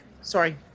Sorry